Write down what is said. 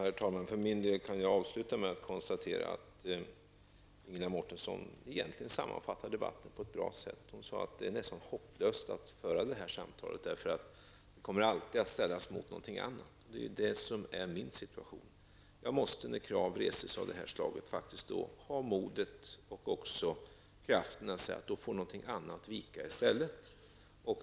Herr talman! För min del kan jag avsluta med att konstatera att Ingela Mårtensson egentligen sammanfattar debatten på ett bra sätt. Hon sade att det nästan är hopplöst att föra det här samtalet eftersom vi alltid kommer att ställas inför någonting annat. Det är ju detta som är min situation. När krav av det här slaget reses måste jag faktiskt ha modet och kraften att säga att någonting annat får vika i stället.